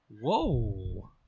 Whoa